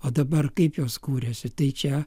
o dabar kaip jos kūrėsi tai čia